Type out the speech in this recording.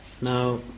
Now